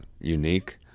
unique